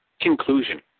Conclusion